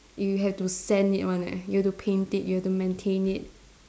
you have to sand it one eh you have to paint it you have to maintain it